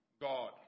God